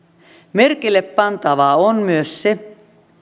merkille pantavaa on myös se